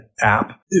app